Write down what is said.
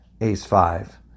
ace-five